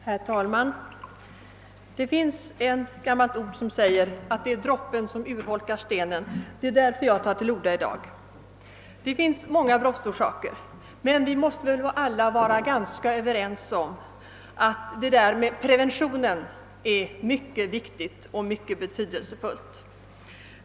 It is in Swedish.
Herr talman! Det finns ett gammalt uttryck som säger att droppen urholkar stenen. Det är med detta i minnet som jag tar till orda här. Brottsorsakerna är många, men vi måste väl alla vara överens om att preventionen är någonting mycket viktigt och betydelsefullt.